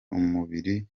umubiri